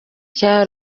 cya